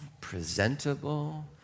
presentable